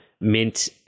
mint